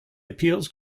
appeals